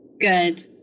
good